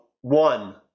one